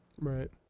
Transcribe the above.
Right